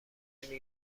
نمی